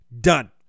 done